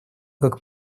как